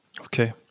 Okay